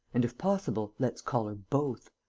and, if possible, let's collar both.